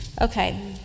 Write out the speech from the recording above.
Okay